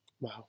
Wow